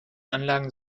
anlagen